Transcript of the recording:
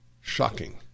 Shocking